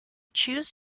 choose